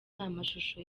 amashusho